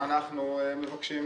אנחנו מבקשים,